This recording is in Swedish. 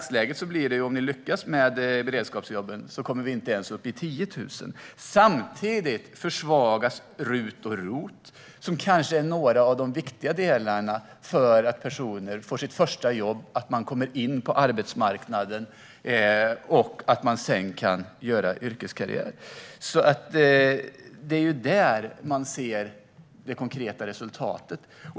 Och även om regeringen skulle lyckas leverera beredskapsjobben kommer vi inte ens upp i 10 000 jobb i dagsläget. Samtidigt försvagas RUT och ROT, som kanske är några av de viktigaste delarna för att personer ska få sitt första jobb och komma in på arbetsmarknaden och sedan kan göra yrkeskarriär. Det är där som man ser det konkreta resultatet.